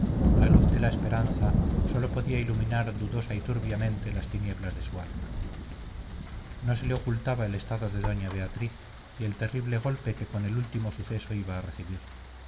la luz de la esperanza sólo podía iluminar dudosa y turbiamente las tinieblas de su alma no se le ocultaba el estado de doña beatriz y el terrible golpe que con el último suceso iba a recibir